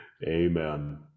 Amen